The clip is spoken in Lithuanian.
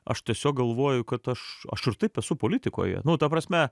aš tiesiog galvoju kad aš aš ir taip esu politikoje nu ta prasme